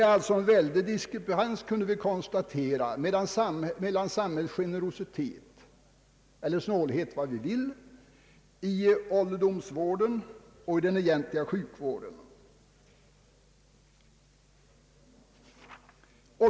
Vi kunde alltså konstatera att det föreligger en stor diskrepans mellan samhällsgenerositeten eller om man så vill snålheten — i ålderdomsvården och den egentliga sjukvården.